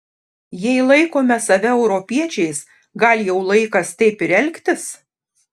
jei laikome save europiečiais gal jau laikas taip ir elgtis